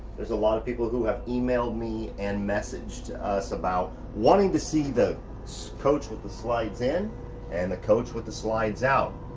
there's a lot of people who have emailed me and messaged us about wanting to see the so coach with the slides in and the coach with the slides out.